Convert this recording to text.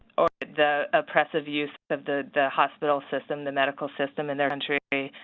or the oppressive use of the the hospital system, the medical system in their country.